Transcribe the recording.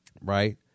Right